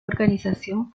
organización